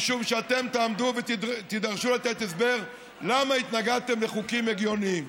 משום שאתם תעמדו ותידרשו לתת הסבר למה התנגדתם לחוקים הגיוניים.